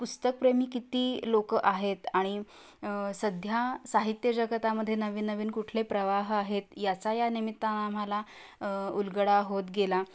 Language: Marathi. पुस्तकप्रेमी किती लोकं आहेत आणि सध्या साहित्यजगतामध्ये नवीन नवीन कुठले प्रवाह आहेत याचा या निमित्ताने आम्हाला उलगडा होत गेला